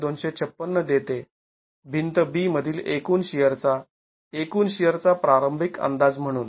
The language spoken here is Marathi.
२५६ देते भिंत B मधील एकूण शिअरचा एकूण शिअरचा प्रारंभिक अंदाज म्हणून